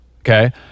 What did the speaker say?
okay